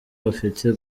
bafite